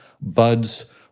buds